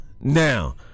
now